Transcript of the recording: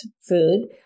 food